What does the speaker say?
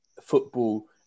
football